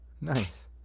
Nice